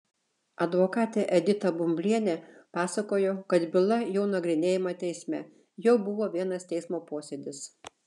advokatė edita bumblienė pasakojo kad byla jau nagrinėjama teisme jau buvo vienas teismo posėdis